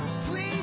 please